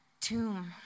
tomb